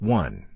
one